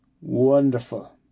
Wonderful